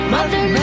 Mother